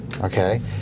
Okay